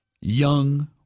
young